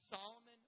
Solomon